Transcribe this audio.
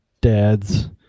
dads